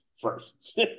first